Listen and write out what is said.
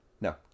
No